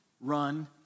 run